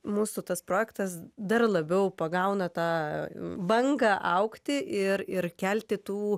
mūsų tas projektas dar labiau pagauna tą bangą augti ir ir kelti tų